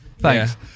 thanks